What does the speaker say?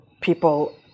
people